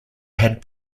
had